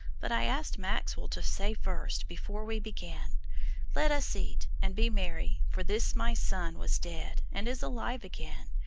but i asked maxwell to say first before we began let us eat, and be merry, for this my son was dead, and is alive again,